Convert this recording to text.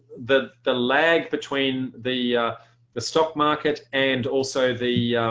the the lag between the the stock market and also the